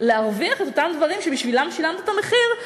להרוויח את אותם דברים שבשבילם שילמת את המחיר,